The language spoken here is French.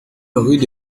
rue